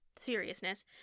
seriousness